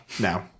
no